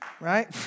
right